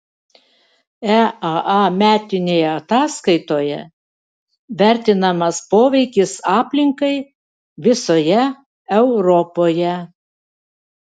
eaa metinėje ataskaitoje vertinamas poveikis aplinkai visoje europoje